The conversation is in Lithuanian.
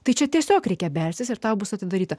tai čia tiesiog reikia belstis ir tau bus atidaryta